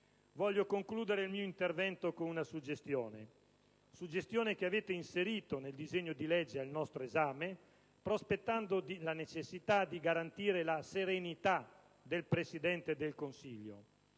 imploda. Concludo il mio intervento con una suggestione: quella che avete inserito nel disegno di legge al nostro esame prospettando la necessità di garantire la serenità del Presidente del Consiglio.